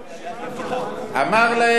אמר להם משה רבנו: